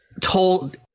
told